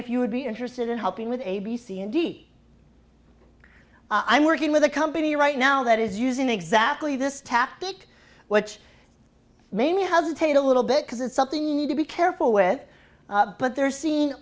if you would be interested in helping with a b c and d i'm working with a company right now that is using exactly this tactic which mainly has to take a little bit because it's something you need to be careful with but they're see